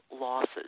losses